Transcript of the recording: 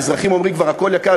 האזרחים אומרים: כבר הכול יקר,